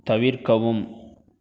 தவிர்க்கவும்